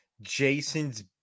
Jason's